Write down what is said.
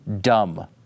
dumb